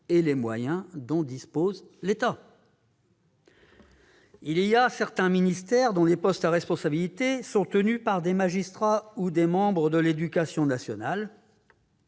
et les moyens dont dispose l'État. Dans certains ministères, les postes à responsabilités sont tenus par des magistrats ou des membres de l'éducation nationale,